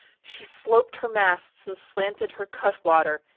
she sloped her masts and slanted her cutwater,